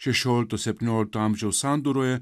šešiolikto septyniolikto amžiaus sandūroje